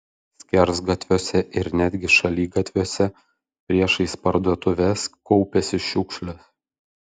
skersgatviuose ir netgi šaligatviuose priešais parduotuves kaupėsi šiukšlės